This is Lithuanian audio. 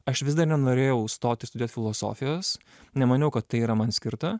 aš vis dar nenorėjau stoti studijuot filosofijos nemaniau kad tai yra man skirta